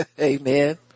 Amen